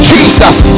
Jesus